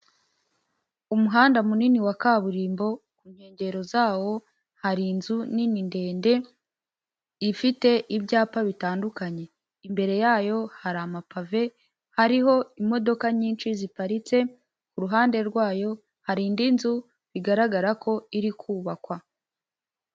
Umuhanda munini wa kaburimbo, ku nkengero zawo hari inzu nini, ndende, ifite ibyapa bitandukanye; imbere yayo hari amapave hariho imodoka nyinshi ziparitse, ku ruhande rwayo hari indi nzu bigaragara ko iri kubakwa.